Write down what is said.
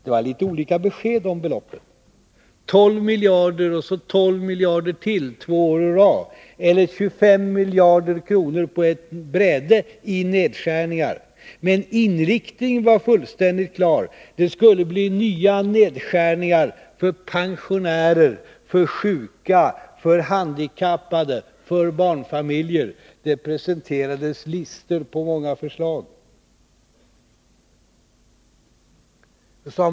Det var litet olika besked om beloppen — 12 miljarder, 12 miljarder två år i rad eller 25 miljarder kronor på ett bräde i nedskärningar — men inriktningen var fullständigt klar: det skulle bli nya nedskärningar för pensionärer, för sjuka, för handikappade och för barnfamiljer. Det presenterades listor med många förslag.